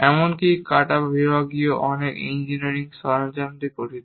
এমনকি কাটা বিভাগীয় অনেক ইঞ্জিনিয়ারিং সরঞ্জাম নিয়ে গঠিত